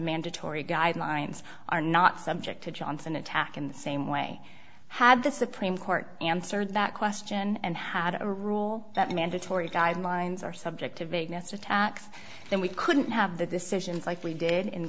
mandatory guidelines are not subject to johnson attack in the same way had the supreme court answered that question and had a rule that mandatory guidelines are subject to vagueness attacks and we couldn't have the decisions like we did in